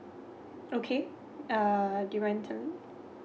okay uh the